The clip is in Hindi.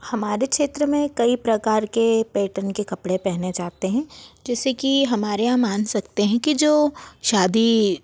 हमारे क्षेत्र में कई प्रकार के पेटन के कपड़े पहने जाते हें जैसे कि हमारे यहाँ मान सकते हैं कि जो शादी